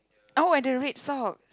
oh and the red socks